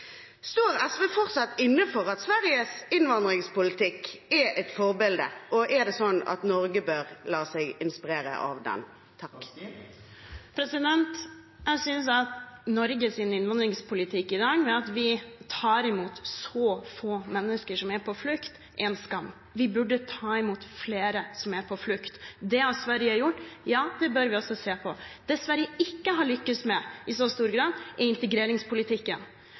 Står SV fortsatt ved at Sveriges innvandringspolitikk er et forbilde, og bør Norge la seg inspirere av den? Jeg synes at Norges innvandringspolitikk i dag, at vi tar imot så få mennesker på flukt, er en skam. Vi burde ta imot flere som er på flukt. Det har Sverige gjort, og ja, det burde også vi se på. Det som Sverige ikke har lyktes med i så stor grad, er integreringspolitikken. Til det vil jeg si at vi i